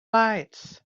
lights